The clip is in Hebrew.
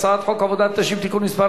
הצעת חוק עבודת נשים (תיקון מס'